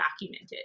documented